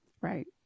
Right